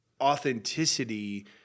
authenticity